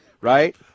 right